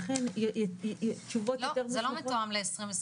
לא, זה לא מתואם ל-2023.